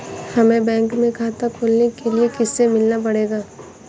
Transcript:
हमे बैंक में खाता खोलने के लिए किससे मिलना पड़ेगा?